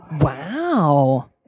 Wow